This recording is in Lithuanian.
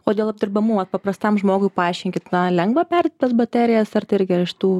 o dėl apdirbamų a paprastam žmogui paaiškinkit na lengva perd tas baterijas ar tai irgi iš tų